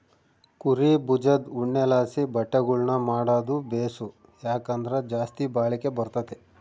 ಕುರೀ ಬುಜದ್ ಉಣ್ಣೆಲಾಸಿ ಬಟ್ಟೆಗುಳ್ನ ಮಾಡಾದು ಬೇಸು, ಯಾಕಂದ್ರ ಜಾಸ್ತಿ ಬಾಳಿಕೆ ಬರ್ತತೆ